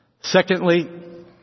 Secondly